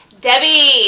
debbie